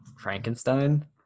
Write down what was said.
Frankenstein